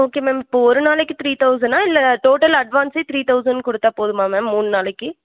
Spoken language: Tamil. ஓகே மேம் இப்போது ஒரு நாளைக்கு த்ரீ தௌசணா இல்லை டோட்டல் அட்வான்ஸே த்ரீ தௌசண்ட் கொடுத்தா போதுமா மேம் மூணு நாளைக்கு